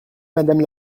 madame